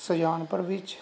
ਸੁਜਾਨਪੁਰ ਵਿੱਚ